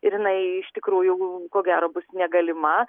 ir jinai iš tikrųjų ko gero bus negalima